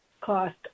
cost